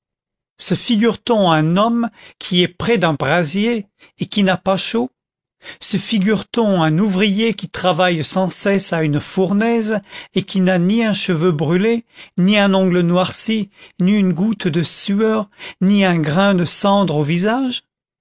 se figure-t-on un homme qui est près d'un brasier et qui n'a pas chaud se figure-t-on un ouvrier qui travaille sans cesse à une fournaise et qui n'a ni un cheveu brûlé ni un ongle noirci ni une goutte de sueur ni un grain de cendre au visage